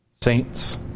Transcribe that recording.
saints